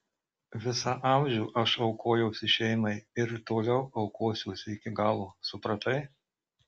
visą amžių aš aukojausi šeimai ir toliau aukosiuosi iki galo supratai